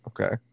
Okay